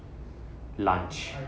lunch